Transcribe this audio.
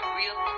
real